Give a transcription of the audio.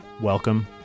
Welcome